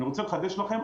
אני רוצה לחדש לכם,